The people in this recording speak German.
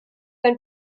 ein